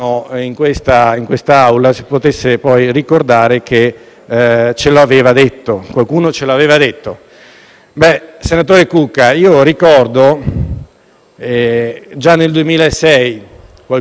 Sono le stesse cose che si dicono oggi, in un clima che a mio avviso forse avete causato voi